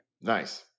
Nice